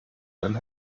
dann